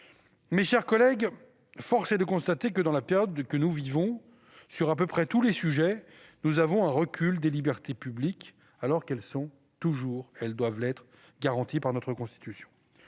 Mes chers collègues, force est de constater que, dans la période que nous vivons, sur à peu près tous les sujets, nous observons un recul des libertés publiques, alors qu'elles sont toujours garanties par la Constitution.